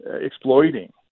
exploiting